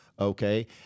Okay